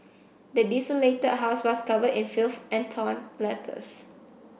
the desolated house was covered in filth and torn letters